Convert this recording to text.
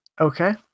okay